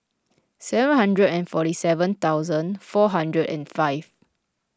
seven hundred and forty seven thousand four hundred and five